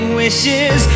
wishes